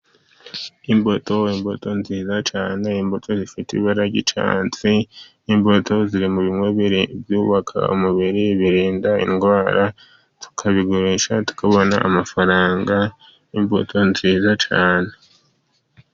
Imbuto imbuto nziza cyane imbuto zifite ibara ry'icyatsi imbuto ziri mu byubaka umubiri, birinda indwara, tukabigurisha tukabona amafaranga imbuto nziza cyane.